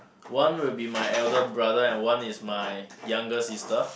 one will be my elder brother and one is my younger sister